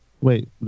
Wait